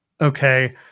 okay